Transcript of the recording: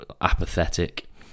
apathetic